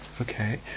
okay